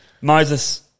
Moses